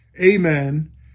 amen